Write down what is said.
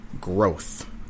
growth